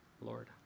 Lord